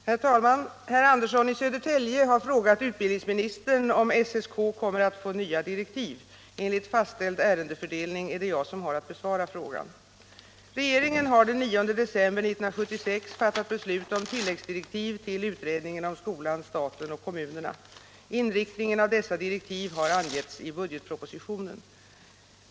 Herr talman! Herr Andersson i Södertälje har frågat utbildningsministern om SSK kommer att få nya direktiv. Enligt fastställd ärendefördelning är det jag som har att besvara frågan. Regeringen har den 9 december 1976 fattat beslut om tilläggsdirektiv till utredningen om skolan, staten och kommunerna. Inriktnirgen av dessa direk.iv har angetts i budgetpropositioneén.